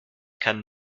kann